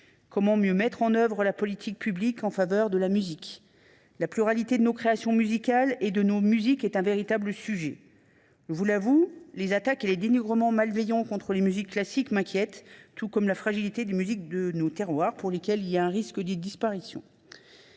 Comment mieux mettre en œuvre la politique publique en faveur de la musique ? La pluralité de nos créations musicales et de nos musiques est un véritable sujet. Je vous l’avoue, les attaques et les dénigrements malveillants contre les musiques classiques m’inquiètent, tout comme la fragilité des musiques de nos terroirs, qui risquent véritablement de disparaître.